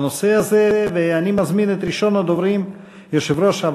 בנושא הזה, הצעות לסדר-היום מס' 1144,